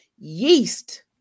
yeast